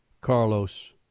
Carlos